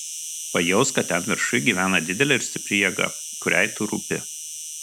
pajausk kad ten viršuj gyvena didelė ir stipri jėga kuriai tu rūpi